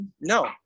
No